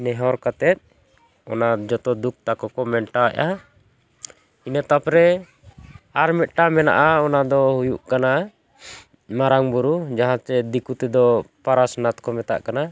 ᱱᱮᱦᱚᱨ ᱠᱟᱛᱮᱫ ᱚᱱᱟ ᱡᱚᱛᱚ ᱫᱩᱠ ᱛᱟᱠᱚ ᱠᱚ ᱢᱮᱱᱴᱟᱣ ᱮᱜᱼᱟ ᱤᱱᱟᱹ ᱛᱟᱨᱯᱚᱨᱮ ᱟᱨ ᱢᱤᱫᱴᱟᱝ ᱢᱮᱱᱟᱜᱼᱟ ᱚᱱᱟ ᱫᱚ ᱦᱩᱭᱩᱜ ᱠᱟᱱᱟ ᱢᱟᱨᱟᱝ ᱵᱩᱨᱩ ᱡᱟᱦᱟᱸᱛᱮ ᱫᱤᱠᱩ ᱛᱮᱫᱚ ᱯᱟᱨᱟᱥᱱᱟᱛᱷ ᱠᱚ ᱢᱮᱛᱟᱜ ᱠᱟᱱᱟ